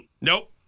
Nope